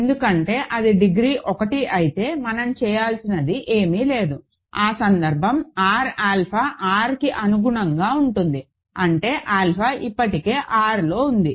ఎందుకంటే అది డిగ్రీ 1 అయితే మనం చేయవలసినది ఏమీ లేదు ఆ సందర్భం R ఆల్ఫా Rకి అనుగుణంగా ఉంటుంది అంటే ఆల్ఫా ఇప్పటికే R లో ఉంది